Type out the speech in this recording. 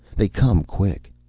they come quick.